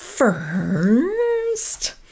First